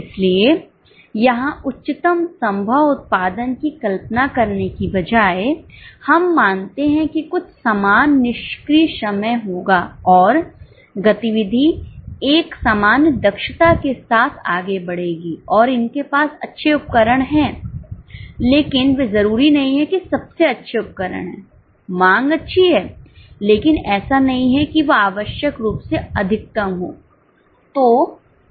इसलिए यहां उच्चतम संभव उत्पादन की कल्पना करने के बजाय हम मानते हैं कि कुछ सामान्य निष्क्रिय समय होगा और गतिविधि एक सामान्य दक्षता के साथ आगे बढ़ेगी और इनके पास अच्छे उपकरण हैं लेकिन वे जरूरी नहीं कि सबसे अच्छे उपकरण हैं मांग अच्छी है लेकिन ऐसा नहीं है कि वह आवश्यक रूप से अधिकतम हो